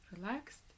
relaxed